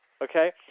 okay